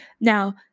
Now